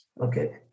Okay